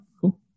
cool